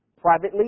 privately